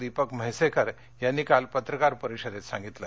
दीपक म्हेसेकर यांनी काल पत्रकार परिषदेत सांगितलं